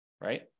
right